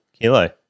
kilo